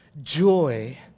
joy